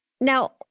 Now